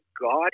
God